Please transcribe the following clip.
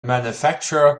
manufacturer